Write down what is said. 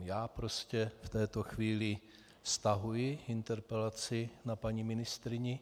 Já prostě v této chvíli stahuji interpelaci na paní ministryni.